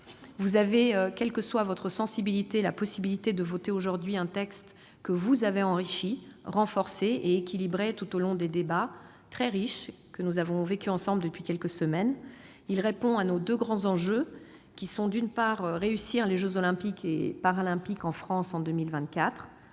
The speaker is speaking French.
solidaire. Quelle que soit votre sensibilité, vous avez la possibilité de voter aujourd'hui un texte que vous avez enrichi, renforcé et équilibré tout au long des débats très riches que nous avons vécus ensemble depuis quelques semaines. Ce texte répond à deux grands enjeux. Le premier, c'est de réussir les jeux Olympiques et Paralympiques en France en 2024